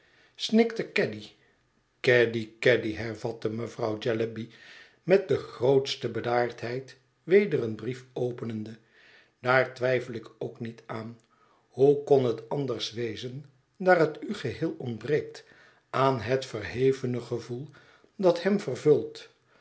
snikte caddy caddy caddy hervatte mevrouw jellyby met de grootste bedaardheid weder een brief openende daar twijfel ik ook niet aan hoe kon het anders wezen daar het u geheel ontbreekt aan het verhevene gevoel dat hem vervult